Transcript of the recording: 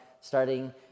starting